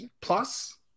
plus